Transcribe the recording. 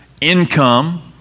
income